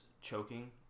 choking